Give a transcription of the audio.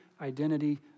identity